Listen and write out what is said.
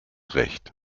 recht